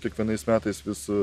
kiekvienais metais vis